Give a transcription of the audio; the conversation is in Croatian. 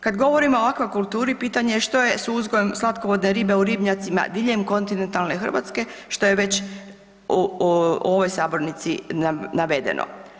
Kad govorimo o akvakulturi pitanje je što je s uzgojem slatkovodne ribe u ribnjacima diljem kontinentalne Hrvatske što je već u ovoj sabornici navedeno.